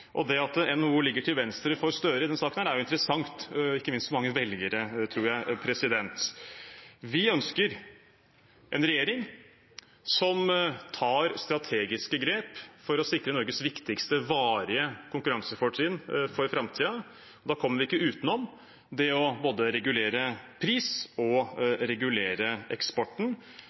og LO. At NHO ligger til venstre for Støre i denne saken, er interessant, ikke minst for mange velgere, tror jeg. Vi ønsker en regjering som tar strategiske grep for å sikre Norges viktigste varige konkurransefortrinn for framtiden. Da kommer vi ikke utenom det å regulere både pris og